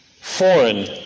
Foreign